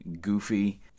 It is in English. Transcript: goofy